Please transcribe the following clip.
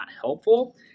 helpful